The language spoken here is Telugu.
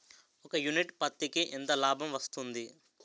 ఒక యూనిట్ పత్తికి ఎంత లాభం వస్తుంది?